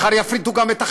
מחר יפריטו גם את החינוך,